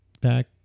back